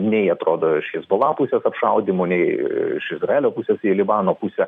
nei atrodo iš his bula pusės apšaudymų nei iš izraelio pusės į libano pusę